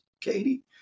Katie